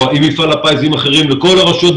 עם מפעל הפיס ועם אחרים לכל הרשויות,